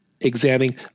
examining